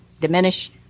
diminish